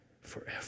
forever